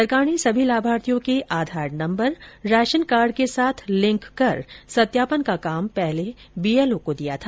सरकार ने सभी लाभार्थियों के आधार नंबर राशन कार्ड के साथ लिंक कर सत्यापन का काम पहले बीएलओ को दिया था